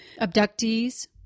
abductees